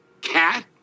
cat